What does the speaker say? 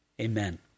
amen